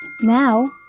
Now